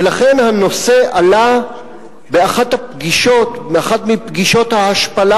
ולכן הנושא עלה באחת מפגישות ההשפלה